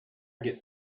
get